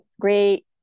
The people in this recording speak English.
great